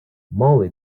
mollie